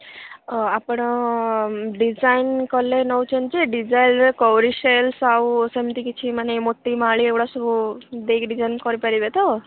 ହଁ ଆପଣ ଡ଼ିଜାଇନ୍ କଲେ ନେଉଛନ୍ତି ଯେ ଡ଼ିଜାଇନରେ ଆଉ ସେମିତି କିଛି ମୋତିମାଳି ଏଗୁଡ଼ା ସବୁ ଦେଇକି ଡ଼ିଜାଇନ୍ କରିପାରିବେ ତ